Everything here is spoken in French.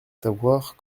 savoir